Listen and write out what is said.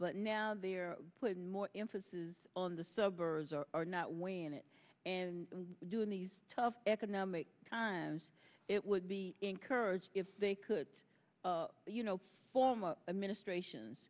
but now they are putting more emphasis on the suburbs are not when it and doing these tough economic times it would be encouraged if they could you know former administration